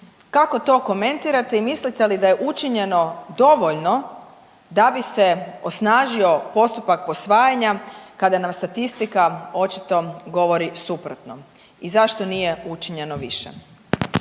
Kako to komentirate i mislite li da je učinjeno dovoljno da bi se osnažio postupak posvajanja kada nam statistika očito govori suprotno i zašto nije učinjeno više?